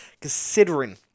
Considering